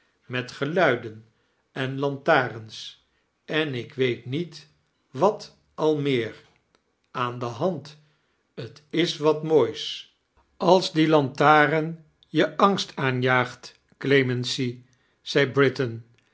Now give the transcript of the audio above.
met geluiden en lantaarns en ik weet niet wat al meer aan de hand t is wat moois ais die lantaarn je angst aanjaagt clemency zei britain